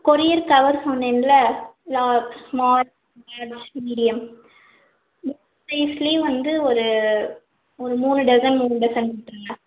courier cover சொன்னேன்ல large small medium mostly வந்து ஒரு ஒரு மூணு டசன் மூணு டசன் கொடுத்துடுங்க